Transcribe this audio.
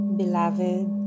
beloved